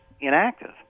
inactive